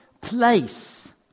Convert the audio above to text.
place